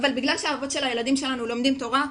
אבל בגלל שהאבות של הילדים שלנו לומדים תורה,